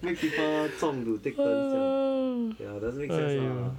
make people 中 to take turns 这样 ya doesn't make sense lah